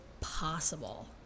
possible